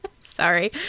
Sorry